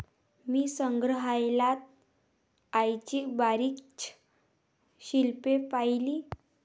मी संग्रहालयात आईची बरीच शिल्पे पाहिली